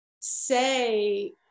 say